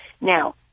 Now